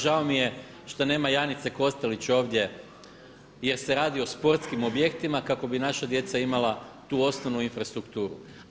Žao mi je što nema Janice Kostelić ovdje jer se radi o sportskim objektima kako bi naša djeca imala tu osnovnu infrastrukturu.